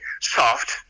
soft